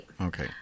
Okay